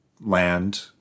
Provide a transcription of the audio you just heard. land